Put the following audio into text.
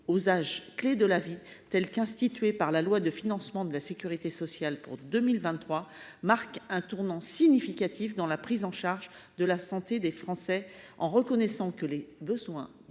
qu’elles ont été instituées par la loi de financement de la sécurité sociale pour 2023, marquent un tournant significatif dans la prise en charge de la santé des Français, en reconnaissant que les besoins de santé